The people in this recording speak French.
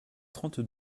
trente